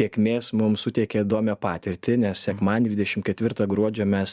tėkmės mums suteikia įdomią patirtį nes sekmadienį dvidešim ketvirtą gruodžio mes